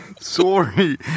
Sorry